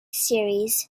series